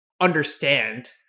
understand